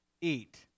eat